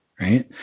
Right